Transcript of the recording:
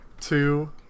two